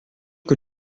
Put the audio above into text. que